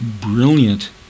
brilliant